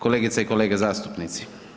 Kolegice i kolege zastupnici.